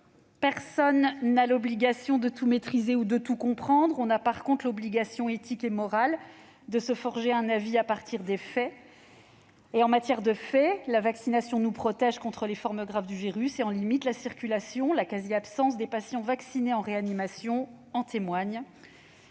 Personne n'a l'obligation de tout maîtriser ou de tout comprendre. En revanche, chacun a l'obligation éthique et morale de se forger un avis à partir des faits. De ce point de vue, la vaccination nous protège contre les formes graves du virus et en limite la circulation, comme l'absence quasi totale de patients vaccinés en réanimation en témoigne.